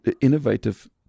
innovative